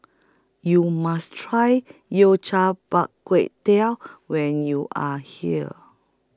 YOU must Try Yao Cai Bak Gui Teo when YOU Are here